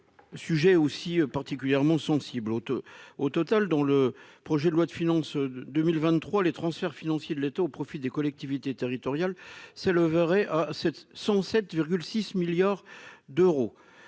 sujet est particulièrement sensible. Au total, dans le projet de loi de finances pour 2023, les transferts financiers de l'État au profit des collectivités territoriales s'élèveraient à 107,6 milliards d'euros,